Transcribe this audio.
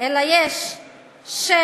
אלא יש שֵם